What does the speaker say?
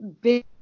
big